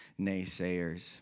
naysayers